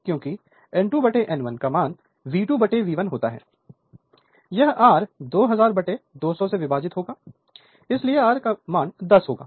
क्योंकि N2 N1 V2 V1 होता है यह R2000 200 से विभाजित होगा इसलिए यह R10 होगा